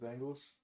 Bengals